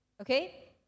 Okay